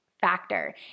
factor